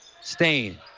Stain